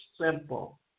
simple